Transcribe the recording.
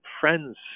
friends